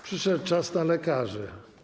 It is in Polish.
Przyszedł czas na lekarzy.